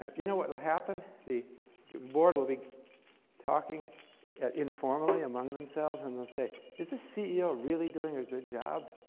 and you know what will happen? the board will be talking informally among themselves and they'll say, is this ceo really doing a good job?